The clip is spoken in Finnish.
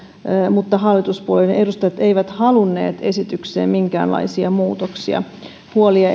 mutta hallituspuolueiden edustajat eivät halunneet esitykseen minkäänlaisia muutoksia huolia